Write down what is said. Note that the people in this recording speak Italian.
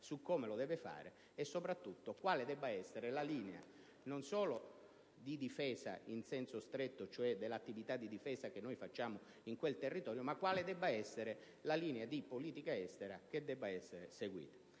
su come lo deve fare e soprattutto su quale debba essere la linea, non solo di difesa in senso stretto, cioè dell'attività di difesa che noi facciamo in quel territorio, ma la linea di politica estera da seguire.